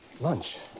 Lunch